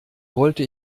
wollte